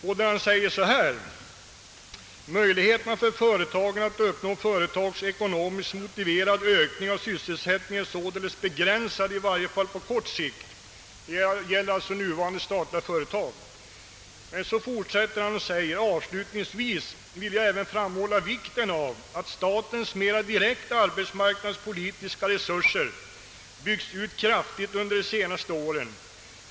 I svaret säger han: »Möjligheterna för företagen att uppnå företagsekonomiskt motiverad ökning av sysselsättningen är således begränsade, i varje fall på kort sikt.» Det gäller alltså nuvarande statliga företag. Därefter fortsatte han: »Avslutningsvis vill jag även framhålla vikten av att statens mera direkt arbetsmarknadspolitiska resurser byggts ut kraftigt under de senaste åren.